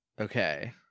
Okay